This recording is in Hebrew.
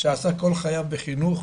שעסק כל חייו בחינוך.